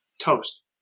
toast